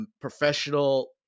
professional